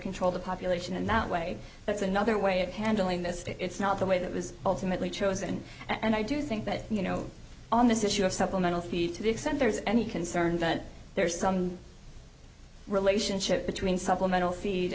control the population in that way that's another way of handling this it's not the way that was ultimately chosen and i do think that you know on this issue of supplemental feet to the extent there is any concern that there is some relationship between supplemental feed